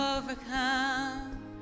overcome